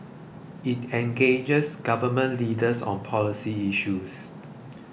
it engages Government Leaders on policy issues